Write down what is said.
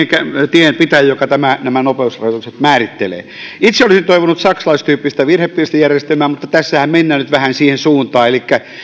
tienpitäjä joka nämä nopeusrajoitukset määrittelee itse olisin toivonut saksalaistyyppistä virhepistejärjestelmää ja tässähän mennään nyt vähän siihen suuntaan elikkä